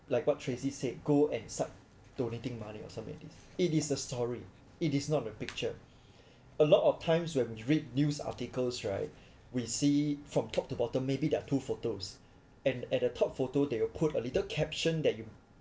like what tracy said go and start donating money or something if it is a story it is not a picture a lot of times when read news articles right we see from top to bottom maybe there are two photos and at the top photo they will put a little caption that you